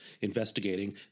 Investigating